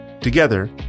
Together